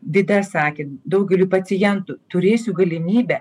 vida sakė daugeliu pacientų turėsiu galimybę